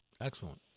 Excellent